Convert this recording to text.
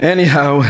Anyhow